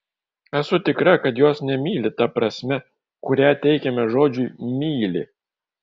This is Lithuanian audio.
esu tikra kad jos nemyli ta prasme kurią teikiame žodžiui myli